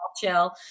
chill